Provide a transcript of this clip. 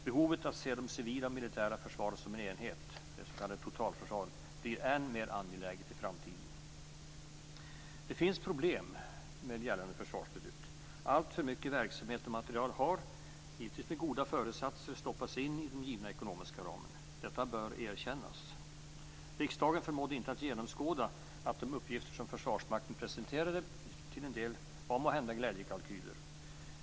Behovet att se det civila och militära försvaret som en enhet - det s.k. totalförsvaret - blir än mer angeläget i framtiden. Det finns problem med gällande försvarsbeslut. Alltför mycket verksamhet och materiel har, med goda föresatser, stoppats in i den givna ekonomiska ramen. Detta bör erkännas. Riksdagen förmådde inte genomskåda att de uppgifter som Försvarsmakten presenterade till en del kanske var glädjekalkyler.